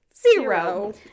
zero